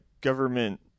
government